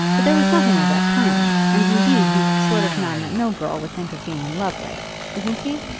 but there was nothing of that kind and, indeed, he's the sort of man that no girl would think of being in love with isn't he?